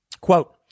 Quote